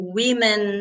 women